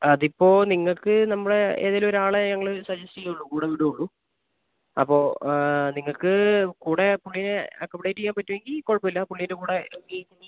അതിപ്പോൾ നിങ്ങൾക്ക് നമ്മുടെ ഏതേലും ഒരാളെ ഞങ്ങൾ സജസ്റ്റ് ചെയ്യുവുള്ളൂ കൂടെ വിടുവുള്ളൂ അപ്പോൾ നിങ്ങൾക്ക് കൂടെ പുള്ളിയെ അക്കോമഡേറ്റ് ചെയ്യാൻ പറ്റുവെങ്കിൽ കുഴപ്പമില്ല പുള്ളിടെ കൂടെ